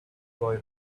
boy